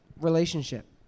relationship